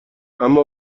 اما